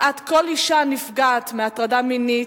כמעט כל אשה נפגעת מהטרדה מינית,